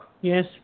yes